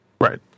right